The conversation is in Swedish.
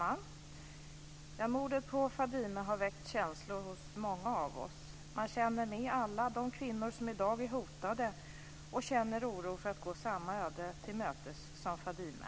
Herr talman! Mordet på Fadime har väckt känslor hos många av oss. Man känner med alla de kvinnor som i dag är hotade och känner oro för att gå samma öde till mötes som Fadime.